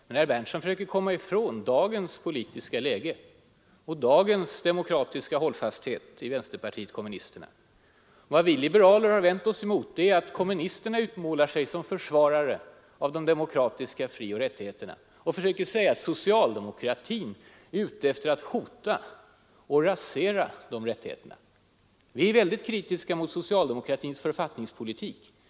Herr Berndtson försöker komma ifrån dagens politiska läge och dagens demokratiska hållfasthet i vänsterpartiet kommunisterna. Vad vi liberaler har vänt oss emot är att kommunisterna utmålar sig som försvarare av de demokratiska frioch rättigheterna och försöker säga att socialdemokratin är ute efter att hota och rasera de rättigheterna. Vi är väldigt kritiska mot socialdemokraternas författningspolitik.